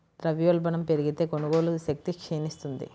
ద్రవ్యోల్బణం పెరిగితే, కొనుగోలు శక్తి క్షీణిస్తుంది